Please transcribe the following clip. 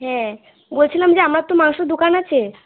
হ্যাঁ বলছিলাম যে আপনার তো মাংসের দোকান আছে